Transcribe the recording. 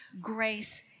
grace